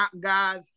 guys